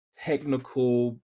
technical